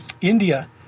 India